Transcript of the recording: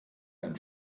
ein